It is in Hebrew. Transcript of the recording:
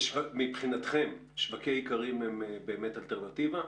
מבחינתכם שווקי האיכרים הם באמת אלטרנטיבה?